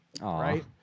right